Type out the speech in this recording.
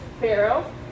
Pharaoh